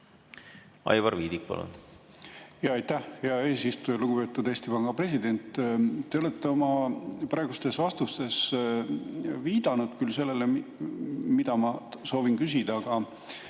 Aivar Viidik, palun! Aitäh, hea eesistuja! Lugupeetud Eesti Panga president! Te olete oma praegustes vastustes juba viidanud sellele, mida ma soovin küsida.